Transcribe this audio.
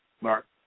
mark